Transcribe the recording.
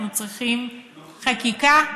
אנחנו צריכים חקיקה?